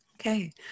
Okay